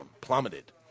plummeted